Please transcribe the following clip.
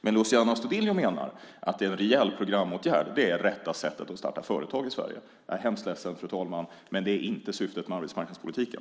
Men Luciano Astudillo menar att en rejäl programåtgärd är det rätta sättet att starta företag i Sverige. Jag är hemskt ledsen, fru talman, men det är inte syftet med arbetsmarknadspolitiken.